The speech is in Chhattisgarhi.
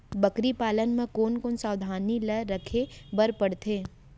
बकरी पालन म कोन कोन सावधानी ल रखे बर पढ़थे?